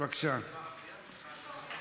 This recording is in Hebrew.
לא נמצאת.